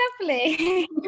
lovely